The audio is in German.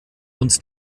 und